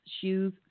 shoes